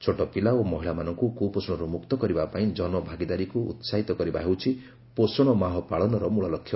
ଛୋଟପିଲା ଓ ମହିଳାମାନଙ୍କୁ କୁପୋଷଣରୁ ମୁକ୍ତ କରିବା ପାଇଁ ଜନଭାଗିଦାରୀକୁ ଉହାହିତ କରିବା ହେଉଛି ପୋଷଣ ମାହ ପାଳନର ମୂଳଲକ୍ଷ୍ୟ